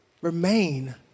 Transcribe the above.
Remain